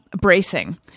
bracing